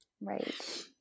right